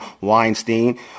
Weinstein